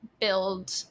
build